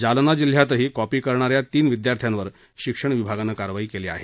जालना जिल्ह्यात ही कॉपी करणाऱ्या तीन विद्यार्थ्यांवर शिक्षण विभागानं कारवाई केली आहे